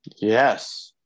Yes